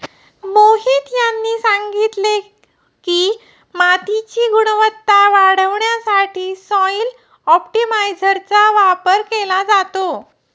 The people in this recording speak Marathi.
मोहित यांनी सांगितले की, मातीची गुणवत्ता वाढवण्यासाठी सॉइल ऑप्टिमायझरचा वापर केला जातो